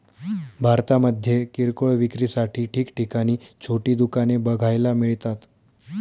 भारतामध्ये किरकोळ विक्रीसाठी ठिकठिकाणी छोटी दुकाने बघायला मिळतात